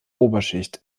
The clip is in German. oberschicht